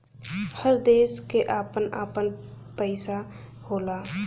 हर देश क आपन आपन पइसा होला